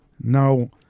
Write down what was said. Now